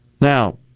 Now